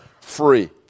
free